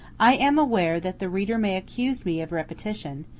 i am aware that the reader may accuse me of repetition,